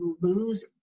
lose